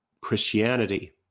Christianity